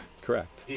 correct